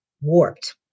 warped